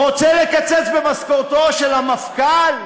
רוצה לקצץ במשכורתו של המפכ"ל?